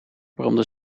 bromde